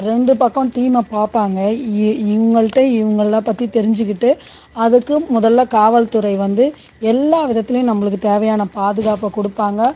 ரெண்டு பக்கம் டீமை பார்ப்பாங்க இ இவங்கள்ட்ட இவங்கெல்லா பற்றி தெரிஞ்சுக்கிட்டு அதுக்கு முதல்ல காவல்துறை வந்து எல்லா விதத்துலயும் நம்மளுக்கு தேவையான பாதுகாப்பை கொடுப்பாங்க